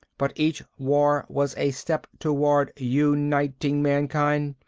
but each war was a step toward uniting mankind.